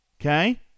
Okay